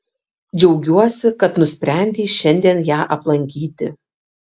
džiaugiuosi kad nusprendei šiandien ją aplankyti